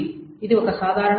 ఇది ఒక సాధారణ సమయం